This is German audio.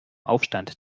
aufstand